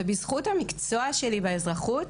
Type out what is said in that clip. ובזכות המקצוע שלי באזרחות,